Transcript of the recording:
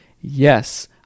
yes